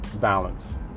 balance